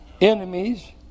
enemies